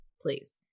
please